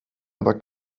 aber